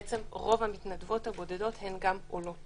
בעצם רוב המתנדבות הבודדות הן גם עולות,